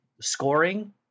scoring